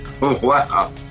Wow